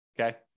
Okay